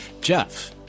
Jeff